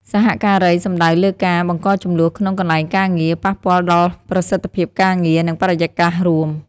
សហការីសំដៅលើការ បង្កជម្លោះក្នុងកន្លែងការងារ ប៉ះពាល់ដល់ប្រសិទ្ធភាពការងារ និងបរិយាកាសរួម។